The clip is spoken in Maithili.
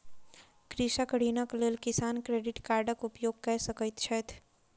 कृषक ऋणक लेल किसान क्रेडिट कार्डक उपयोग कय सकैत छैथ